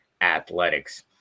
athletics